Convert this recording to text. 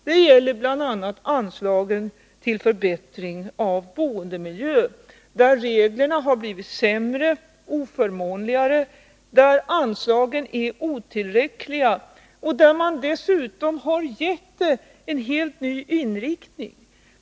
Det gäller bl.a. anslaget till förbättring av boendemiljön, där reglerna har blivit sämre och mer oförmånliga, där anslaget är otillräckligt. Man har dessutom gett anslaget en helt ny inriktning.